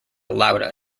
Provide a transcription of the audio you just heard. lauda